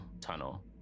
Tunnel